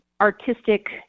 artistic